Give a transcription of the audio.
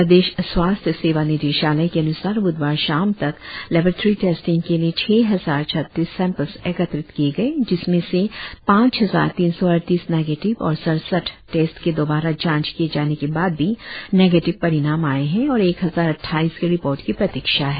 प्रदेश स्वास्थ्य सेवा निदेशालय के अन्सार ब्धवार शाम तक लेबोरटोरी टेस्टिंग के लिए छह हजार छत्तीस सेंपल्स एकत्रित किए गए जिसमें से पांच हजार तीन सौ अड़तीस निगेटिव और सड़सठ टेस्ट के दोबारा जांच किए जाने के बाद भी निगेटिव परिणाम आए है और एक हजार अट्ठाईस के रिपोर्ट की प्रतिक्षा है